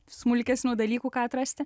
smulkesnių dalykų ką atrasti